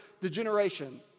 degeneration